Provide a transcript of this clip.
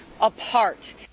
apart